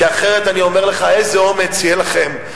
כי אחרת, אני אומר לך, איזה אומץ יהיה לכם?